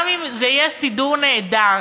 גם אם זה יהיה סידור נהדר,